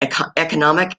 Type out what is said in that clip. economic